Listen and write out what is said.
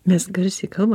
mes garsiai kalbam